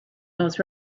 most